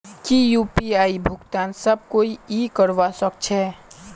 की यु.पी.आई भुगतान सब कोई ई करवा सकछै?